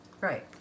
Right